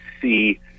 see